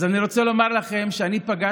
אז אני רוצה לומר לכם שפגשתי